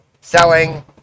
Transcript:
selling